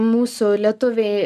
mūsų lietuviai